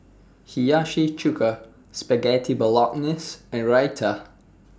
Hiyashi Chuka Spaghetti Bolognese and Raita